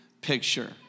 picture